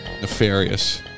Nefarious